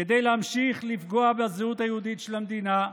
כדי להמשיך לפגוע בזהות היהודית של המדינה,